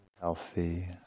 healthy